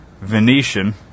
Venetian